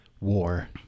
war